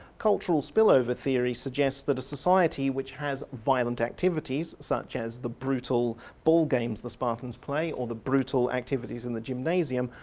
cultural spill over theory suggests that a society which has violent activities such as the brutal ball games the spartans play, or the brutal activities in the gymnasium,